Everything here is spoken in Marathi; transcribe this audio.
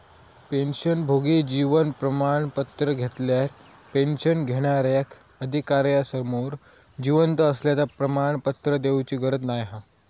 पेंशनभोगी जीवन प्रमाण पत्र घेतल्यार पेंशन घेणार्याक अधिकार्यासमोर जिवंत असल्याचा प्रमाणपत्र देउची गरज नाय हा